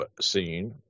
scene